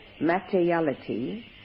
materiality